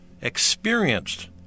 experienced